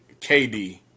KD